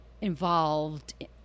involved